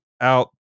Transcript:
out